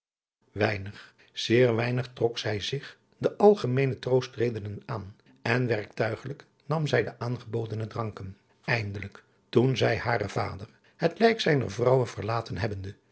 weinig zeer weinig trok zij zich de algemeene troostredenen aan en werktuigelijk nam zij de aangebodene dranken eindelijk toen zij haren vader het lijk zijner vrouwe verlaten hebbende